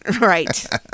Right